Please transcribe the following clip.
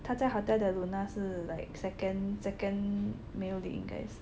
他在 Hotel Del Luna 是 like second second male lead 应该是